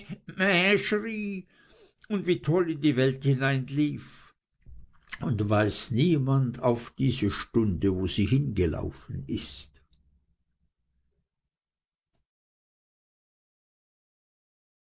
und wie toll in die welt hineinlief und weiß niemand auf diese stunde wo sie hingelaufen ist